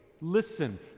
Listen